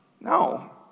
No